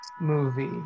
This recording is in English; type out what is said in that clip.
movie